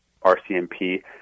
RCMP